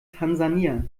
tansania